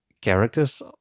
characters